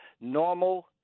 Normal